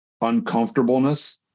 uncomfortableness